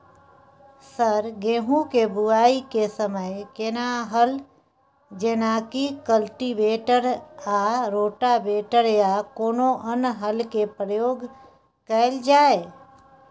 Sir गेहूं के बुआई के समय केना हल जेनाकी कल्टिवेटर आ रोटावेटर या कोनो अन्य हल के प्रयोग कैल जाए?